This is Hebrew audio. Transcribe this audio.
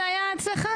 זה היה אצלך.